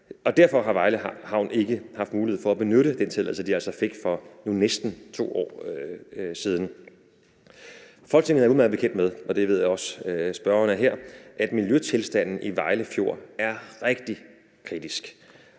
Derfor har Vejle Havn ikke haft mulighed for at benytte den tilladelse, de altså fik for nu næsten 2 år siden. Folketinget er udmærket bekendt med, og det ved jeg også at spørgeren her er, at miljøtilstanden i Vejle Fjord er rigtig kritisk,